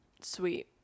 sweet